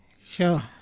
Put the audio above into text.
Sure